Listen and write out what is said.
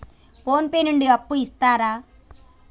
Phone pay నుండి అప్పు ఇత్తరా?